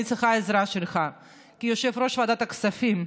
אני צריכה את העזרה שלך כיושב-ראש ועדת הכספים,